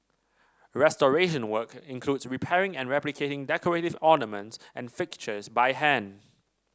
restoration work includes repairing and replicating decorative ornaments and fixtures by hand